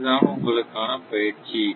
இதுதான் உங்களுக்கான பயிற்சி